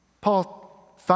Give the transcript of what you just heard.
Paul